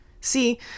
See